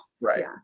Right